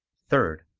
third